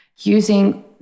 using